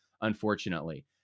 unfortunately